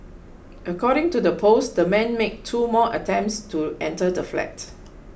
according to the post the man made two more attempts to enter the flat